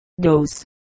Dose